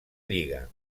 lliga